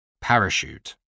parachute